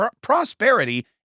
prosperity